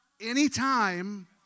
anytime